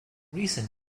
recent